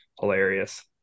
hilarious